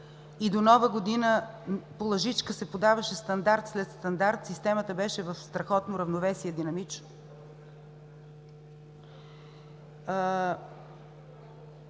и до Нова година по лъжичка се подаваше стандарт след стандарт, системата беше в страхотно равновесие, динамична?!